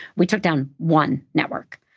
we took down one network.